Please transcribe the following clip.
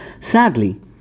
Sadly